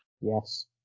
Yes